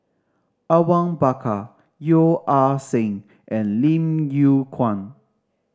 Awang Bakar Yeo Ah Seng and Lim Yew Kuan